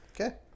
Okay